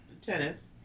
tennis